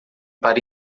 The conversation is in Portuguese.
para